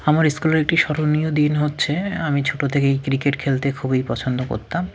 আমার স্কুলের একটি স্মরণীয় দিন হচ্ছে আমি ছোটো থেকেই ক্রিকেট খেলতে খুবই পছন্দ করতাম